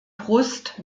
brust